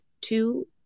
two